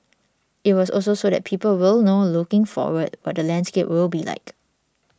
it was also so that people will know looking forward what the landscape will be like